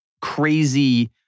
crazy